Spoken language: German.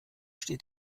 steht